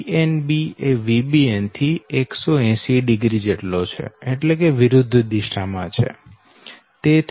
આ Vnb એ Vbn થી 180o છે એટલે કે વિરુદ્ધ દિશા માં છે